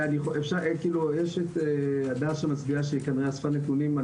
נמצאת כאן הדס שכנראה אספה נתונים.